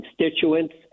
constituents